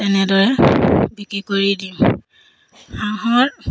তেনেদৰে বিক্ৰী কৰি ডিম হাঁহৰ